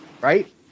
right